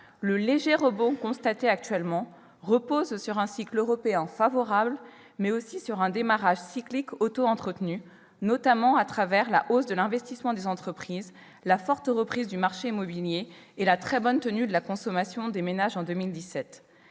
le léger rebond constaté actuellement repose sur un cycle européen favorable, mais aussi sur un redémarrage cyclique auto-entretenu, notamment à travers la hausse de l'investissement des entreprises, la forte reprise du marché immobilier et la très bonne tenue de la consommation des ménages en 2017.